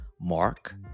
mark